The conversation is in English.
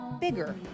bigger